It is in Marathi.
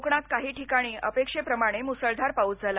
कोकणात काही टिकाणी अपेक्षेप्रमाणे मुसळधार पाऊस झाला